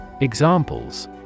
Examples